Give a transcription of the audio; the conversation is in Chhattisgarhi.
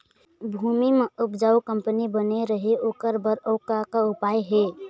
भूमि म उपजाऊ कंपनी बने रहे ओकर बर अउ का का उपाय हे?